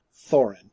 Thorin